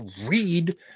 read